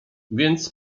więc